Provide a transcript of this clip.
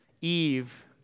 Eve